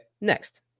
next